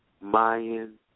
Mayan